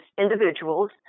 individuals